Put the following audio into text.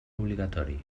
obligatori